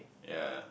ya